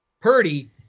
Purdy